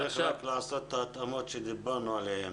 צריך לעשות את ההתאמות עליהן דיברנו,